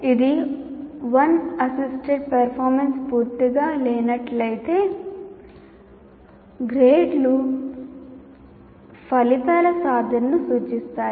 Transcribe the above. ఇది 1 assisted performance పూర్తిగా లేనట్లయితే గ్రేడ్లు ఫలితాల సాధనను సూచిస్తాయి